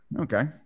Okay